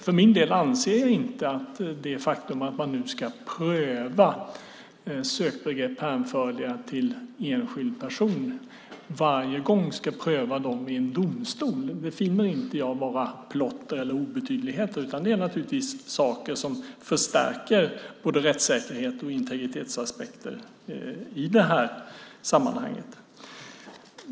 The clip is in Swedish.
För min del finner jag inte det faktum att man nu ska pröva sökbegrepp hänförliga till enskild person, och varje gång ska pröva dem i en domstol, vara plotter eller obetydligheter. Det är naturligtvis saker som förstärker både rättssäkerhet och integritetsaspekter i det här sammanhanget.